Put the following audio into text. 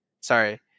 sorry